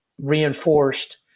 reinforced